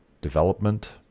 development